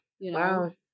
Wow